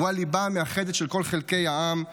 הוא הליבה המאחדת של כל חלקי העם.